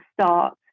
start